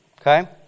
Okay